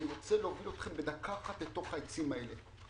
אני רוצה להוביל אתכם בדקה אחת לתוך העצים האלה.